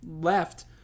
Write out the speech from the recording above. left